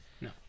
No